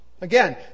Again